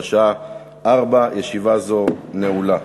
בשעה 16:00. ישיבה זו נעולה.